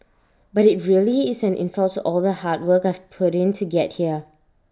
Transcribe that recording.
but IT really is an insult all the hard work I've put in to get here